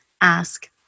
ask